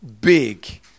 big